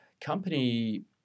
company